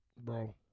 Bro